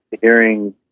hearing